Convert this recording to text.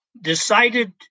decided